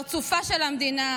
"פרצופה של המדינה"